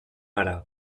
ara